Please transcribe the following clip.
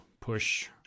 push